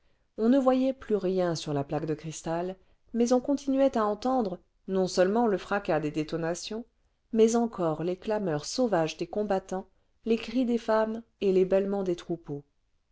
on ne voyait plus rien sur la plaque de cristal mais on continuait à entendre non seulement le fracas des détonations mais encore les clameurs sauvages des combattants les cris des femmes et les bêlements des troupeaux